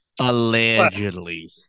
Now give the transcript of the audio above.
Allegedly